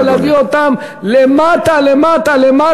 אלא להביא אותם למטה למטה,